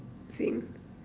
same